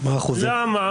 למה?